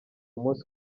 umunsi